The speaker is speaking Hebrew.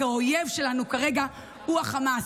כי האויב שלנו כרגע הוא חמאס.